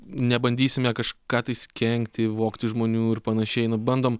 nebandysime kažką tais kenkti vogti iš žmonių ir panašiai na bandom